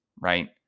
right